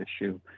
issue